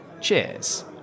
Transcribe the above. Cheers